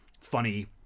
funny